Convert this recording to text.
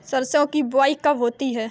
सरसों की बुआई कब होती है?